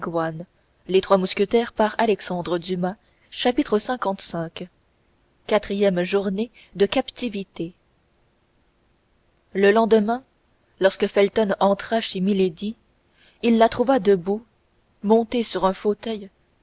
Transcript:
lv quatrième journée de captivité le lendemain lorsque felton entra chez milady il la trouva debout montée sur un fauteuil